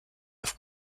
auf